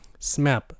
SMAP